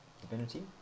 divinity